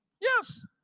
Yes